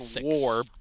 war